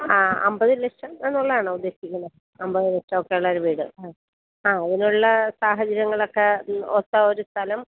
ആ അമ്പത് ലക്ഷം എന്നുള്ളതാണോ ഉദ്ദേശിക്കുന്നത് അമ്പത് ലക്ഷമൊക്കെയുള്ളൊരു വീട് ആ ആ അതിനുള്ള സാഹചര്യങ്ങളൊക്കെ ഒത്തൊരു സ്ഥലം